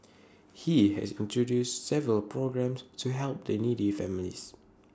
he has introduced several programmes to help the needy families